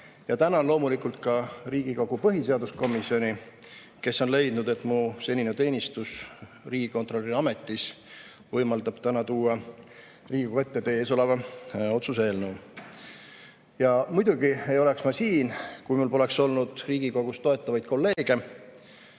Tänan loomulikult ka Riigikogu põhiseaduskomisjoni, kes on leidnud, et mu senine teenistus riigikontrolöri ametis võimaldab täna tuua Riigikogu ette teie ees oleva otsuse eelnõu. Ja muidugi ei oleks ma siin, kui mul poleks olnud Riigi[kontrollis] toetavaid kolleege,